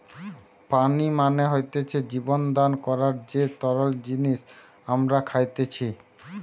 পানি মানে হতিছে জীবন দান করার যে তরল জিনিস আমরা খাইতেসি